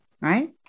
right